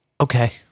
okay